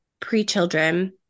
pre-children